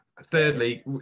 Thirdly